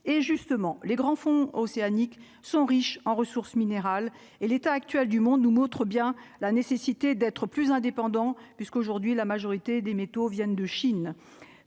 et justement les grands fonds océaniques sont riches en ressources minérales et l'état actuel du monde nous montre bien la nécessité d'être plus indépendant puisqu'aujourd'hui la majorité des métaux viennent de Chine,